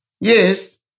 Yes